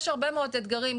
יש הרבה מאוד אתגרים,